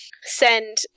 send